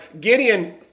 Gideon